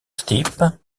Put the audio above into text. stip